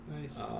Nice